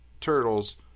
Turtles